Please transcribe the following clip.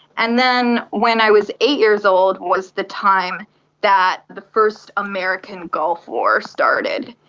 and then when i was eight years old was the time that the first american gulf war started.